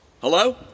Hello